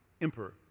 emperor